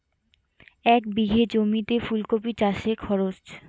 এক বিঘে জমিতে ফুলকপি চাষে খরচ?